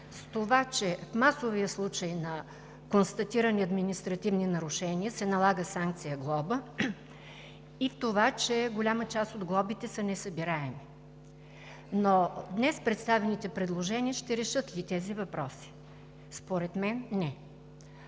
с това, че в масовия случай на констатирани административни нарушения се налага санкция „глоба“ и в това, че голяма част от глобите са несъбираеми. Представените предложения днес ще решат ли тези въпроси? Според мен – не.